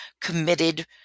committed